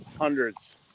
hundreds